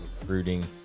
recruiting